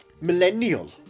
millennial